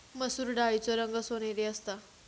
मसुर डाळीचो रंग सोनेरी असता